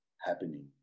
happening